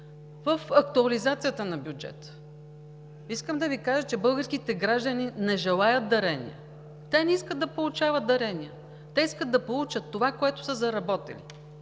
в актуализацията на бюджета. Искам да Ви кажа, че българските граждани не желаят дарения, те не искат да получават дарения. Те искат да получат това, което са заработили,